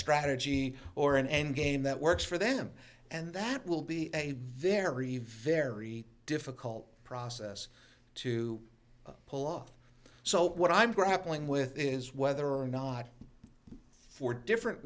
strategy or an endgame that works for them and that will be a very very difficult process to pull off so what i'm grappling with is whether or not for different